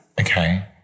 okay